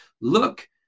Look